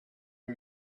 you